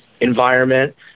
environment